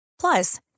Plus